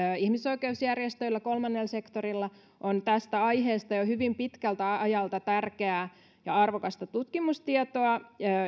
ihmisoikeusjärjestöillä kolmannella sektorilla on tästä aiheesta jo hyvin pitkältä ajalta tärkeää ja arvokasta tutkimustietoa